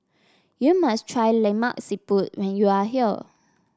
you must try Lemak Siput when you are here